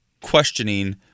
questioning